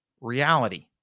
reality